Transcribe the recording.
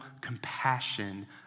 compassion